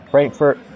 Frankfurt